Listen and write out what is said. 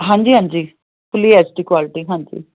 ਹਾਂਜੀ ਹਾਂਜੀ three H D quality ਹਾਂਜੀ